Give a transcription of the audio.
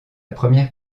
première